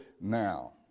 now